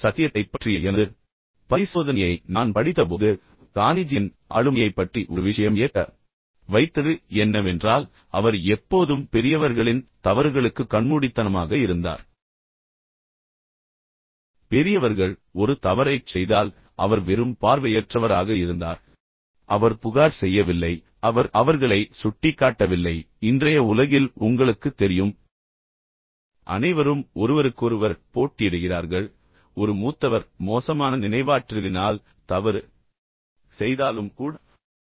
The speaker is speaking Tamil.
காந்திஜியின் சத்தியத்தைப் பற்றிய எனது பரிசோதனையை நான் படித்தபோது காந்திஜியின் ஆளுமையைப் பற்றி ஒரு விஷயம் வியக்க வைத்தது என்னவென்றால் அவர் எப்போதும் பெரியவர்களின் தவறுகளுக்குக் கண்மூடித்தனமாக இருந்தார் பெரியவர்கள் மீதான அவரது அன்பாலும் மரியாதையாலும் வந்தது எனவே பெரியவர்கள் ஒரு தவறைச் செய்தால் அவர் வெறும் பார்வையற்றவராக இருந்தார் அவர் புகார் செய்யவில்லை அவர் அவர்களை சுட்டிக்காட்டவில்லை ஆனால் இன்றைய உலகில் உங்களுக்குத் தெரியும் எனவே அனைவரும் ஒருவருக்கொருவர் போட்டியிடுகிறார்கள் ஒரு மூத்தவர் மோசமான நினைவாற்றலினால் தவறு செய்தாலும் கூட